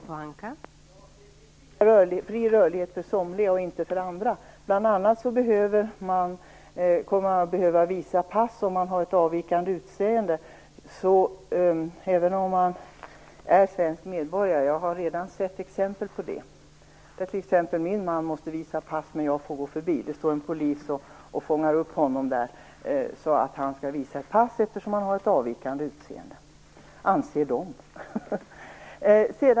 Fru talman! Det är en fri rörlighet för somliga men inte för andra. Bl.a. kommer man att behöva visa pass om man har ett avvikande utseende även om man är svensk medborgare. Jag har redan sett exempel på det. Min man måste t.ex. visa pass medan jag får gå förbi. Det står en polis och fångar upp honom för att han skall visa pass, eftersom han har ett avvikande utseende - anser de.